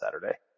Saturday